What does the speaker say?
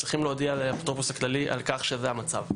צריכים להודיע לאפוטרופוס הכללי על כך שזה המצב.